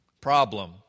Problem